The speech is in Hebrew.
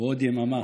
בעוד יממה.